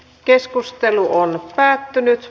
keskustelu päättyi